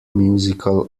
musical